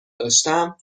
داشتم